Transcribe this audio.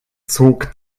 zog